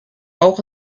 auch